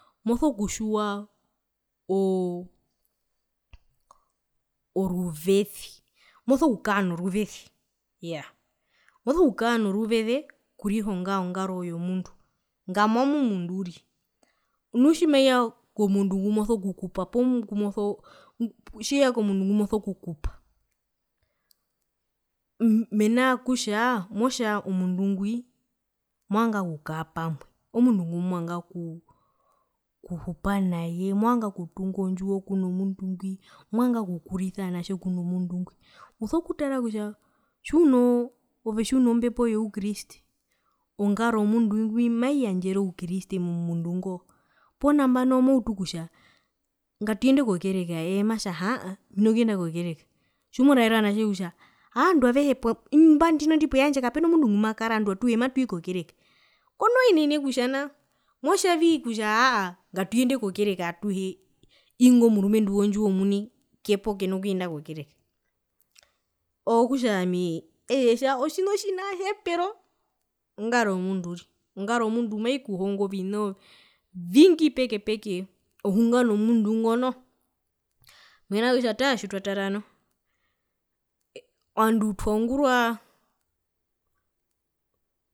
Moso kutjiwa oo oruveze moso kukaa noruveze moso kukaa noruveze okurihonga ongaro yomundu kangamwa omundu uriri nu tjimeya komundu ngumoso kukupa poo ngumoso poo tjiweya komundu kukupa mena kutja motja o mundu ngwi movanga okukaa pamwe omundu ngumovanga okuu okuhupa naye movanga okutunga ondjiwo kuno mundu ngwi movanga okukurisa ovanatje kuno mundu ngwi uso kutara kutja tjiunoo ove tjiuno mbepo you kriste ongaro yomundu ngwi maiyandjere ou kriste momundu ngo poo nambano moutu kutja ngatuyende kokereka eye matja aahaa hina kuyenda kokereka tjimoraere ovanatje kutja haaa ovandu avehe po imba ndinondi poyandje kapena mundu ngumakara ndino atuhe matwii kokereka kononene kutja nao motjavii kutja aahaa ngatuyende kokereka atuhe ingo murumendu wondjiwo munikepokena kuyenda kokereka okutja ami etjetja otjina otjinahepero ongaro yomundu uriri ongaro yomundu maikuhongo ovina oviingii peke peke ohunga nomundu ngo noho mena rokutja taa tjitwatara nu ovandu twaungurwa